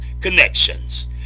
connections